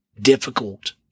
difficult